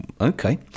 okay